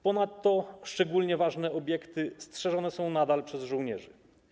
Ponadto szczególnie ważne obiekty strzeżone są nadal przez żołnierzy.